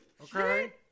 Okay